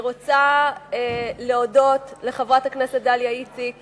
אני רוצה להודות לחברת הכנסת דליה איציק